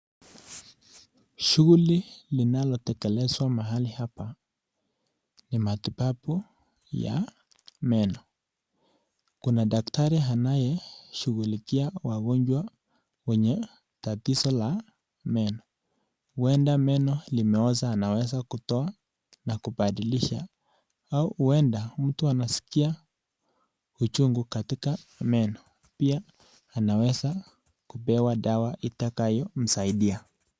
Shule linalotekelezwa mahali hapa ni matibabu ya meno, kuna daktari anayeshughulikia wagonjwa mwenye tatizo la meno, huenda meno limeosa anawesa kutoa na kupadilisha au huenda mtu anasikia ujungu katika meno pia anaweza kupewa dawa itakayomsaidia.